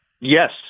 Yes